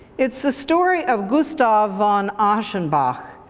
it's the story of gustav von aschenbach,